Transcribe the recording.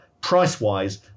price-wise